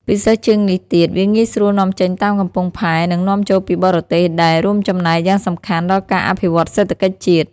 ពិសេសជាងនេះទៀត វាងាយស្រួលនាំចេញតាមកំពង់ផែ និងនាំចូលពីបរទេស ដែលរួមចំណែកយ៉ាងសំខាន់ដល់ការអភិវឌ្ឍសេដ្ឋកិច្ចជាតិ។